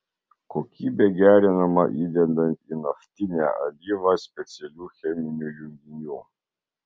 kokybė gerinama įdedant į naftinę alyvą specialių cheminių junginių